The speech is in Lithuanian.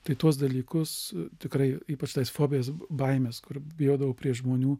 tai tuos dalykus tikrai ypač tas fobijas baimes kur bijodavau prie žmonių